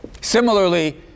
Similarly